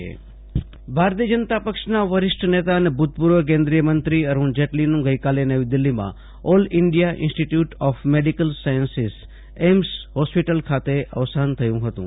વિરલ રાણા અરૂણ જેટલીનું નિધન ભારતીય જનતા પક્ષના વરીષ્ઠ નેતા અને ભૂતપૂર્વ કેન્દ્રિય મંત્રી અરૂણ જેટલીનું ગઈકાલે નવી દિલ્હીમાં all India institute of medical sciences AIIMS hospital ખાતે અવસાન થયું હતું